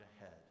ahead